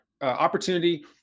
opportunity